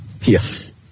Yes